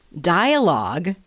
dialogue